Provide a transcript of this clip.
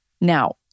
Now